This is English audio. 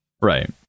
Right